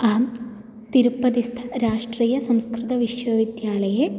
अहं तिरुपतिस्थराष्ट्रियसंस्कृतविश्वविद्यालये